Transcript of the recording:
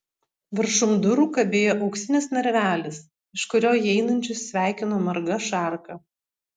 viršum durų kabėjo auksinis narvelis iš kurio įeinančius sveikino marga šarka